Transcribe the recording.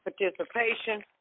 participation